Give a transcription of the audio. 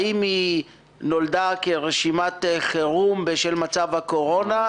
האם היא נולדה כרשימת חירום בשל מצב הקורונה?